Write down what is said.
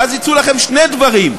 ואז יצאו לכם שני דברים: